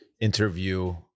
interview